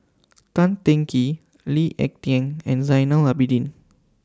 Tan Teng Kee Lee Ek Tieng and Zainal Abidin